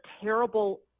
terrible